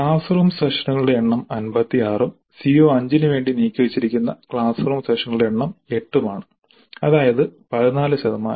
class room സെഷനുകളുടെ എണ്ണം 56 ഉം CO5 ന് വേണ്ടി നീക്കിവച്ചിരിക്കുന്ന ക്ലാസ് റൂം സെഷനുകളുടെ എണ്ണം 8 ഉം അതായത് 14 ശതമാനം